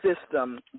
system